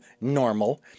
normal